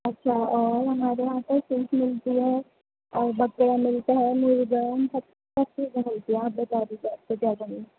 اچھا اور ہمارے یہاں پر کیک ملتی ہے اور بکرہ ملتا ہے مرغا سب سب چیزیں ملتی ہیں آپ بتا دیجیے آپ کو کیا چاہیے